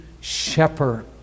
shepherd